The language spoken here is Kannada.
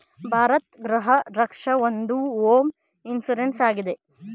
ಭಾರತ್ ಗೃಹ ರಕ್ಷ ಒಂದು ಹೋಮ್ ಇನ್ಸೂರೆನ್ಸ್ ಆಗಿದೆ